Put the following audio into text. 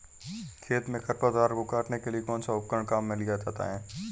खेत में खरपतवार को काटने के लिए कौनसा उपकरण काम में लिया जाता है?